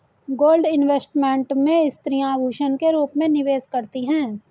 gold investment में स्त्रियां आभूषण के रूप में निवेश करती हैं